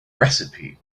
recipe